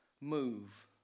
move